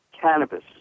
cannabis